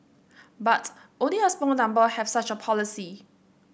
but only a small number have such a policy